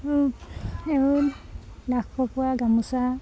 পকোৱা গামোচা